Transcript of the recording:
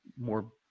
more